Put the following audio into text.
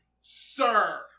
sir